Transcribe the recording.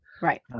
Right